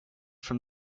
from